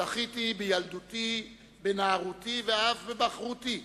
זכיתי בילדותי ובנערותי ואף בבחרותי